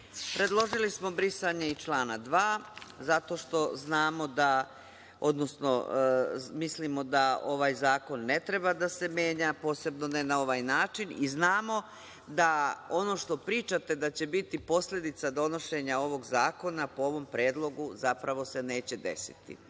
Predložili smo brisanje i člana 2. zato što znamo da, odnosno mislimo da ovaj zakon ne treba da se menja, posebno ne na ovaj način i znamo da ono što pričate da će biti posledica donošenja ovog zakona po ovom predlogu zapravo se neće desiti